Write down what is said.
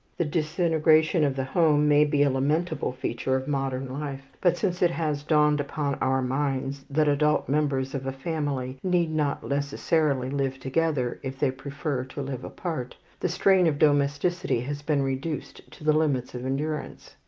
the disintegration of the home may be a lamentable feature of modern life but since it has dawned upon our minds that adult members of a family need not necessarily live together if they prefer to live apart, the strain of domesticity has been reduced to the limits of endurance.